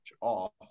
off